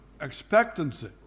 expectancy